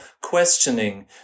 questioning